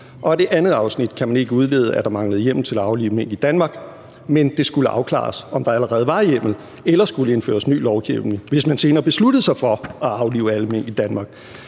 Og af det andet afsnit kan man ikke udlede, at der manglede hjemmel til at aflive mink i Danmark, men det skulle afklares, om der allerede var hjemmel eller skulle indføres ny lovgivning, hvis man senere besluttede sig for at aflive alle mink i Danmark.